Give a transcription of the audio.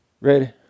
Ready